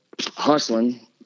hustling